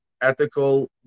ethical